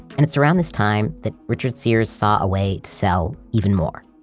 and it's around this time that richard sears saw a way to sell even more.